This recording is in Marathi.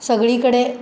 सगळीकडे